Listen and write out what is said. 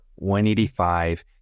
185